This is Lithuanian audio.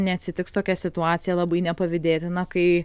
neatsitiks tokia situacija labai nepavydėtina kai